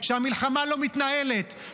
שהמלחמה לא מתנהלת,